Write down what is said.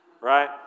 right